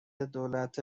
دولت